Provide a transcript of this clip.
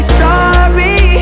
sorry